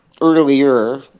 earlier